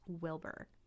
Wilbur